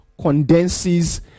condenses